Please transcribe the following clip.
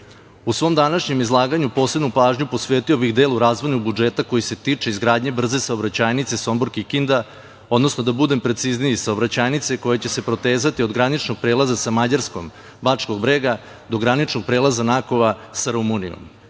svom današnjem izlaganju posebnu pažnju posvetio bih delu razvojnog budžeta koji se tiče izgradnje brze saobraćajnice Sombor-Kikinda, odnosno da budem precizniji, saobraćajnice koja će se protezati od graničnog prelaza sa Mađarskom – Bačkog Brega do graničnog prelaza Nakova sa Rumunijom,